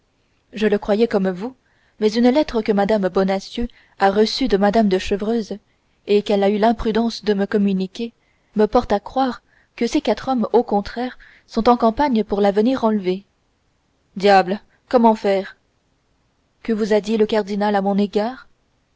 je le croyais comme vous mais une lettre que mme bonacieux a reçue de mme de chevreuse et qu'elle a eu l'imprudence de me communiquer me porte à croire que ces quatre hommes au contraire sont en campagne pour la venir enlever diable comment faire que vous a dit le cardinal à mon égard